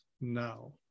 now